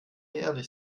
ehrlich